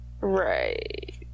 right